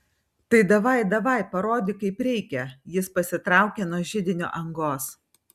tai davaj davaj parodyk kaip reikia jis pasitraukė nuo židinio angos